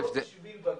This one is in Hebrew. לא בשביל בג"ץ.